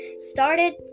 started